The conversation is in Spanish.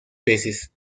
peces